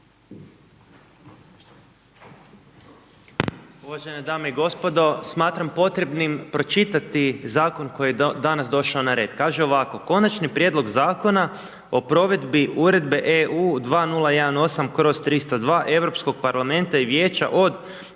Uvažene dame i gospodo smatram potrebnim pročitati zakon koji je danas došao na red kaže ovako, Konačni prijedlog Zakona o provedbi Uredbe EU 2018/302 Europskog parlamenta i vijeća od